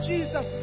Jesus